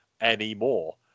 anymore